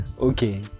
Okay